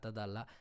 dalla